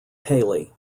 cayley